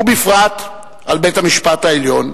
ובפרט על בית-המשפט העליון,